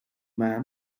little